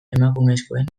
emakumezkoen